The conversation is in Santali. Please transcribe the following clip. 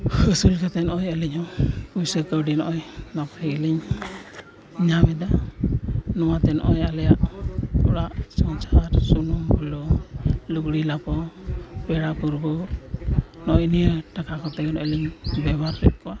ᱟᱹᱥᱩᱞ ᱠᱟᱛᱮᱫ ᱱᱚᱜᱼᱚᱭ ᱟᱹᱞᱤᱧ ᱦᱚᱸ ᱯᱩᱭᱥᱟᱹ ᱠᱟᱹᱣᱰᱤ ᱱᱚᱜᱼᱚᱭ ᱱᱚᱣᱟ ᱠᱷᱚᱱ ᱜᱮᱞᱤᱧ ᱧᱟᱢ ᱮᱫᱟ ᱱᱚᱣᱟ ᱛᱮ ᱱᱚᱜᱼᱚᱭ ᱟᱞᱮᱭᱟᱜ ᱚᱲᱟᱜ ᱥᱚᱝᱥᱟᱨ ᱥᱩᱱᱩᱢ ᱵᱩᱞᱩᱝ ᱞᱩᱜᱽᱲᱤᱡᱼᱞᱟᱯᱚᱜ ᱯᱮᱲᱟ ᱯᱨᱚᱵᱷᱩ ᱤᱭᱟᱹ ᱴᱟᱠᱟ ᱠᱚᱛᱮ ᱟᱹᱞᱤᱧ ᱵᱮᱵᱷᱟᱨᱮᱫ ᱠᱚᱣᱟ